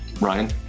Ryan